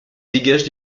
dégagent